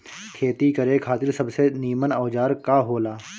खेती करे खातिर सबसे नीमन औजार का हो ला?